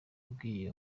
yabwiye